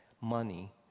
money